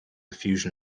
fusion